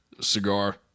Cigar